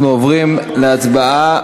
אנחנו עוברים להצבעה.